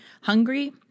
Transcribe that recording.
hungry